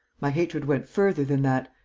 my hatred went further than that.